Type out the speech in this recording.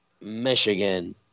Michigan